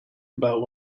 about